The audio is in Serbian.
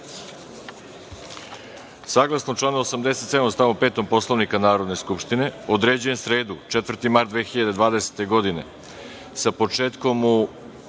celini. Saglasno članu 87. stav 5. Poslovnika Narodne skupštine, određujem sredu, 4. mart 2020. godine, sa početkom u